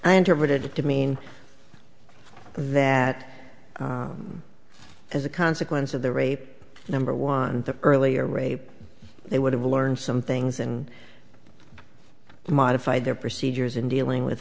i interpreted to mean that as a consequence of the rape number one the earlier rape they would have learned some things and modified their procedures in dealing with